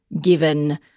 given